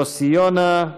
יוסי יונה,